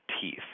teeth